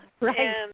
Right